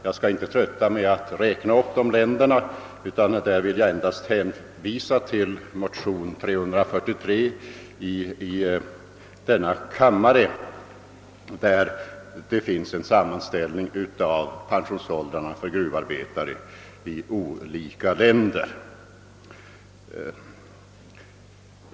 Jag skall inte trötta med att räkna upp dessa länder utan vill endast hänvisa till motionen II: 343, i vilken det redovisas en sammanställning av pensionsåldrarna för gruvarbetare i olika länder.